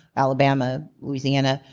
alabama, louisiana.